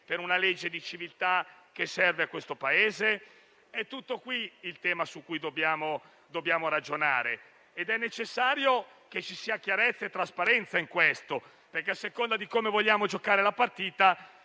per una legge di civiltà, che serve al Paese? È tutto qui il tema su cui dobbiamo ragionare ed è necessario che ci sia chiarezza e trasparenza al riguardo perché, a seconda di come vogliamo giocare la partita,